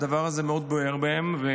הדבר הזה מאוד בוער בליבם,